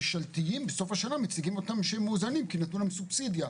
הממשלתיים בסוף השנה מציגים אותם שהם מאוזנים כי נתנו להם סובסידיה,